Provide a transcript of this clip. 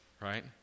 Right